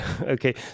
Okay